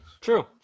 True